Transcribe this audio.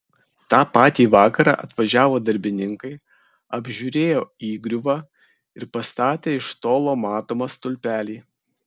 tą patį vakarą atvažiavo darbininkai apžiūrėjo įgriuvą ir pastatė iš tolo matomą stulpelį